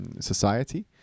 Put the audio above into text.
society